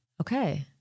Okay